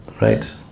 Right